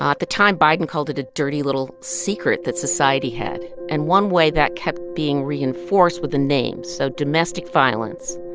at the time, biden called it a dirty little secret that society had, and one way that kept being reinforced with the names. so domestic violence,